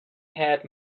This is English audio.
had